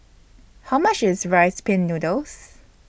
How much IS Rice Pin Noodles